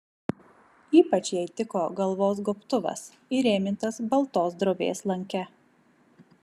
ypač jai tiko galvos gobtuvas įrėmintas baltos drobės lanke